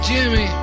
Jimmy